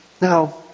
Now